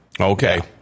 Okay